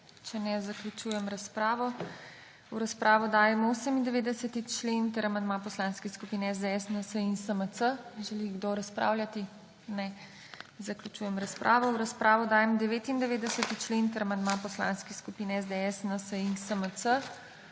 Če ne, zaključujem razpravo. V razpravo dajem 98. člen ter amandma poslanskih skupin SDS, NSi in SMC. Želi kdo razpravljati? Ne. Zaključujem razpravo. V razpravo dajem 99. člen ter amandma poslanskih skupin SDS, NSi in SMC.